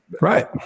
Right